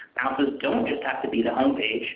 bounces don't just have to be the home page.